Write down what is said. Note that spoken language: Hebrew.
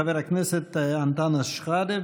חבר הכנסת אנטאנס שחאדה,